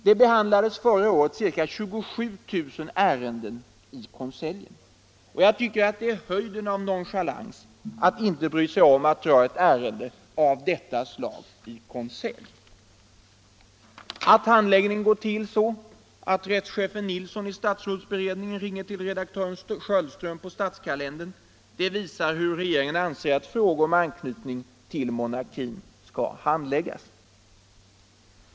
Det behandlades förra året ca 27 000 ärenden i konselj. Det är höjden av nonchalans att inte bry sig om att dra ett ärende av denna typ i konselj. Att handläggningen går till så att rättschefen i statsrådsberedningen ringer till redaktören för statskalendern vittnar om hur regeringen anser att frågor med anknytning till monarkin skall handläggas.